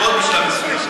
יש בחירות בשלב מסוים.